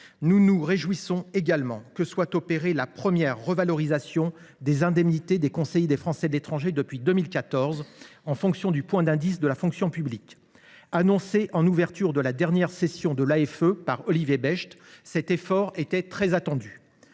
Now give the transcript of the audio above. nous nous réjouissons également que soit opérée la première revalorisation des indemnités des conseillers des Français de l’étranger depuis 2014, en fonction du point d’indice de la fonction publique. Annoncé en ouverture de la dernière session de l’Assemblée des Français de l’étranger par Olivier Becht, cet effort était très attendu.